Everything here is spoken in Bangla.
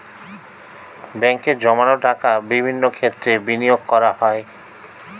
ব্যাঙ্কে জমানো টাকা বিভিন্ন ক্ষেত্রে বিনিয়োগ করা যায়